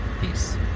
Peace